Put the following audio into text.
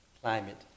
climate